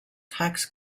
tax